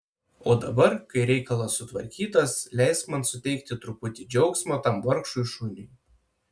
o dabar kai reikalas sutvarkytas leisk man suteikti truputį džiaugsmo tam vargšui šuniui